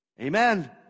Amen